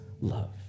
love